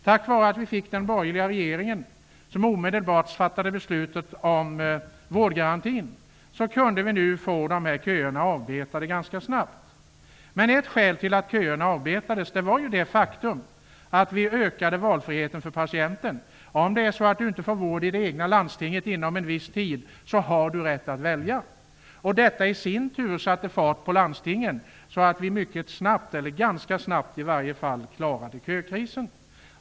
Tack vare att vi fick den borgerliga regeringen, som omedelbart fattade beslut om vårdgarantin, kunde vi få köerna avbetade ganska snabbt. Ett skäl till att köerna avbetades var det faktum att vi ökade valfriheten för patienten. Om man inte får vård i det egna landstinget inom en viss tid har man rätt att välja ett annat landsting. Detta i sin tur satte fart på landstingen, så att vi ganska snabbt klarade kökrisen.